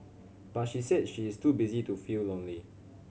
but she said she is too busy to feel lonely